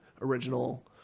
original